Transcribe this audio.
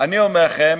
אני אומר לכם